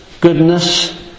goodness